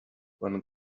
when